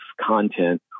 content